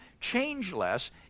changeless